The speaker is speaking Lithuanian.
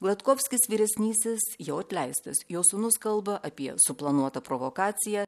glatkovskis vyresnysis jau atleistas jo sūnus kalba apie suplanuotą provokaciją